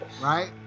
Right